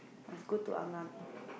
must go to Ah-Ngah